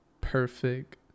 perfect